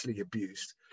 abused